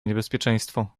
niebezpieczeństwo